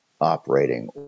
operating